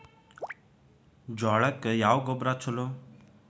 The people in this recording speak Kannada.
ಜೋಳಕ್ಕ ಯಾವ ಗೊಬ್ಬರ ಛಲೋ?